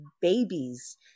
babies